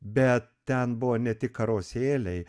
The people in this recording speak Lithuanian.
bet ten buvo ne tik karosėliai